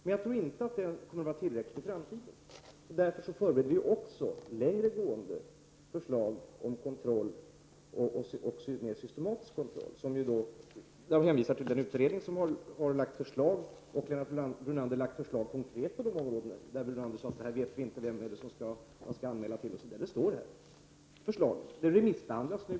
Men jag tror inte att den kommer att vara tillräcklig i framtiden. Därför förbereder vi också förslag om en mera långtgående och systematisk kontroll. Lennart Brunander säger att man inte vet vem man skall anmäla till och på vilket sätt. Det står i utredningen. Där finns konkreta förslag. Utredningen remissbehandlas nu.